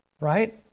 right